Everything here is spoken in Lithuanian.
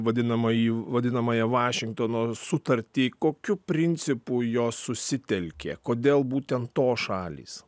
vadinamąjį vadinamąją vašingtono sutartį kokiu principu jos susitelkė kodėl būtent tos šalys